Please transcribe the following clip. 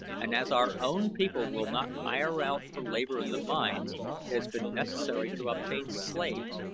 and as our own people will not hire out for labor in the mines it has been necessary to obtain slaves,